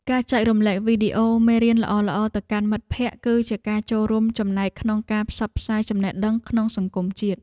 ការចែករំលែកវីដេអូមេរៀនល្អៗទៅកាន់មិត្តភក្តិ គឺជាការចូលរួមចំណែកក្នុងការផ្សព្វផ្សាយចំណេះដឹងក្នុងសង្គមជាតិ។